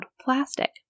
plastic